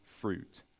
fruit